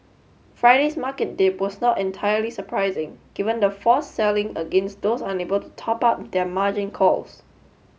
Friday's market dip was not entirely surprising given the forced selling against those unable to top up their margin calls